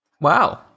wow